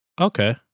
okay